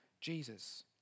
Jesus